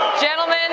gentlemen